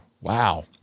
Wow